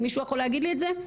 מישהו יכול להגיד לי את זה?